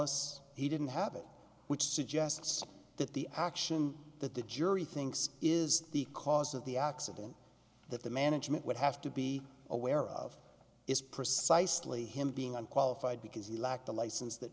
us he didn't have it which suggests that the action that the jury thinks is the cause of the accident that the management would have to be aware of is precisely him being unqualified because he lacked the license that